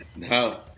No